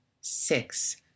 six